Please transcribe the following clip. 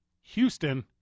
Houston